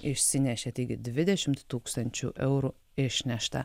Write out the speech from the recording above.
išsinešė taigi dvidešimt tūkstančių eurų išnešta